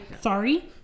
sorry